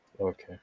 Okay